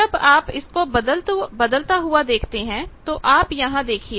जब आप इसको बदलता हुआ देखते हैं तो आप यहां देखिए